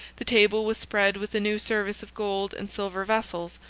the table was spread with a new service of gold and silver vessels,